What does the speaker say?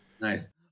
Nice